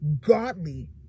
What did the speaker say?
godly